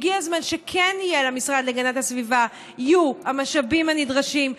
הגיע הזמן שיהיו למשרד להגנת הסביבה המשאבים הנדרשים,